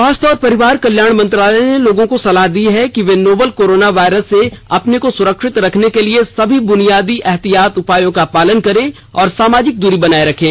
स्वास्थ्य और परिवार कल्याण मंत्रालय ने लोगों को सलाह दी है कि वे नोवल कोरोना वायरस से अपने को सुरक्षित रखने के लिए समी बूनियादी एहतियाती उपायों का पालन करें और सामाजिक दूरी बनाए रखें